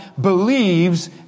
believes